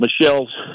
Michelle's